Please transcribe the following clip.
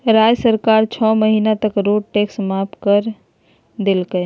राज्य सरकार छो महीना तक रोड टैक्स माफ कर कर देलकय